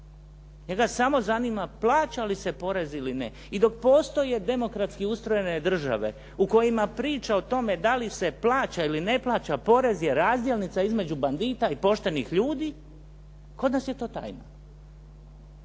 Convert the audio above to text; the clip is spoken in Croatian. Njega samo zanima plaća li se porez ili ne. I dok postoje demokratski ustrojene države u kojima priča o tome da li se plaća ili ne plaća, porez je razdjelnica između bandita i poštenih ljudi, kod nas je to tajna.